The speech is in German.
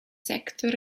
sektor